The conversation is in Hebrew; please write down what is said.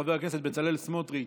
חבר הכנסת בצלאל סמוטריץ'